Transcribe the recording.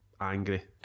angry